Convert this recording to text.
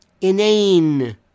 inane